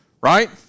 right